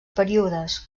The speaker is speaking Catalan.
períodes